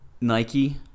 Nike